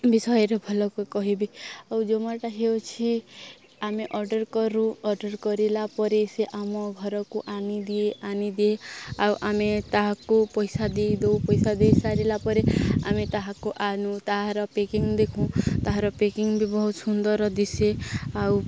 ବିଷୟରେ ଭଲକି କହିବି ଆଉ ଜୋମାଟୋ ହେଉଛି ଆମେ ଅର୍ଡ଼ର୍ କରୁ ଅର୍ଡ଼ର୍ କରିଲା ପରେ ସେ ଆମ ଘରକୁ ଆଣିଦିଏ ଆଣିଦିଏ ଆଉ ଆମେ ତାହାକୁ ପଇସା ଦେଇ ଦଉ ପଇସା ଦେଇ ସାରିଲା ପରେ ଆମେ ତାହାକୁ ଆଣୁ ତାହାର ପେକିଂ ଦେଖୁ ତାହାର ପେକିଂ ବି ବହୁତ ସୁନ୍ଦର ଦିଶେ ଆଉ